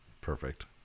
Perfect